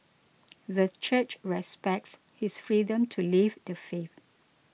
the Church respects his freedom to leave the faith